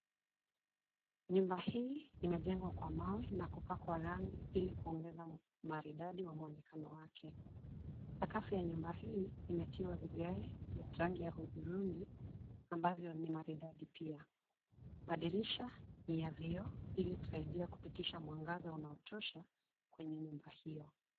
Nyumba hii, imejengwa kwa mawe na kupakwa rangi, ili kuongeza maridadi wa muonekano wake. Sakafu ya nyumba hii, imetiwa vigae, vya rangi ya hudhurungi, ambavyo ni maridadi pia. Madirisha ni ya vioo ili kusaidia kupitisha mwangaza unaotosha, kwenye nyumba hiyo.